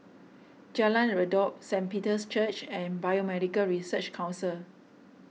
Jalan Redop Saint Peter's Church and Biomedical Research Council